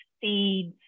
seeds